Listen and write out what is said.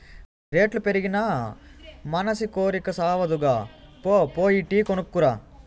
రేట్లు పెరిగినా మనసి కోరికి సావదుగా, పో పోయి టీ కొనుక్కు రా